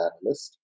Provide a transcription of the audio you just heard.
analyst